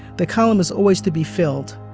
the column is always to be filled.